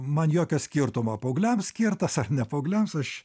man jokio skirtumo paaugliam skirtas ar ne paaugliams aš